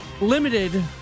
limited